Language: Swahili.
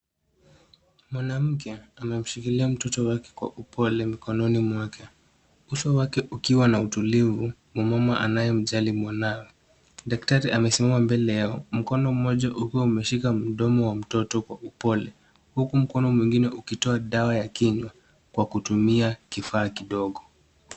Mwanamke amemshikilia mtoto wake kwa upole mikononi mwake. Uso wake ukiwa na utulivu, na mama anayemjali mwanawe. Daktari amesimama mbele ya, mkono mmoja ukiwa umeshika mdomo wa mtoto kwa upole, huku mkono mwingine ukitoa dawa ya kinywa, kwa kutumia kifaa kidogo.